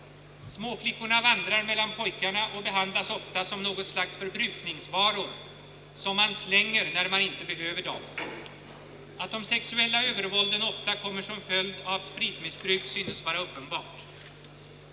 Småflickorna vandrar mellan pojkarna och behandlas ofta som något slags förbrukningsvaror som man slänger, när man inte behöver dem mer. Att de sexuella övervålden ofta kommer som följd av spritmissbruk synes vara uppenbart.